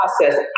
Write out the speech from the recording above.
process